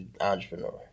Entrepreneur